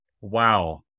Wow